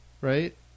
right